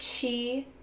Chi